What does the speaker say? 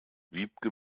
wiebke